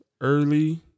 early